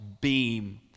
beam